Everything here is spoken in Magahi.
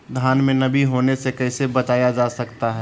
धान में नमी होने से कैसे बचाया जा सकता है?